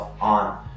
on